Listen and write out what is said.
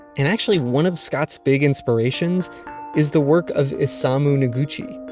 and actually one of scott's big inspirations is the work of isamu noguchi.